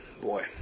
boy